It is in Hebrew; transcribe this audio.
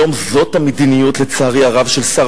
היום, זו המדיניות, לצערי הרב, של שר